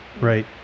right